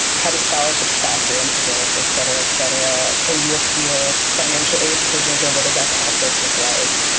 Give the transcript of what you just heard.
how do scholarships factor into this? et et cetera, et cetera. can you appeal financial aid decisions and what is our process look like?